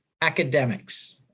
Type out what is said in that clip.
academics